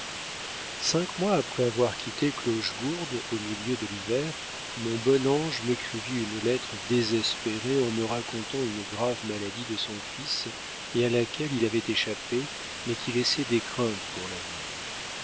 cinq mois après avoir quitté clochegourde au milieu de l'hiver mon bon ange m'écrivit une lettre désespérée en me racontant une grave maladie de son fils et à laquelle il avait échappé mais qui laissait des craintes pour l'avenir